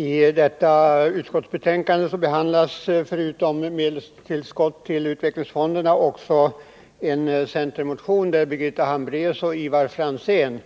I detta utskottsbetänkande behandlas, förutom medelstillskott till utvecklingsfonderna, också en centermotion, där Birgitta Hambraeus och Ivar Franzén